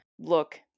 look